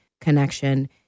connection